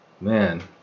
Man